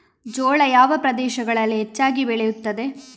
ಜೋಳ ಯಾವ ಪ್ರದೇಶಗಳಲ್ಲಿ ಹೆಚ್ಚಾಗಿ ಬೆಳೆಯುತ್ತದೆ?